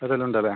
അതെല്ലാം ഉണ്ടല്ലേ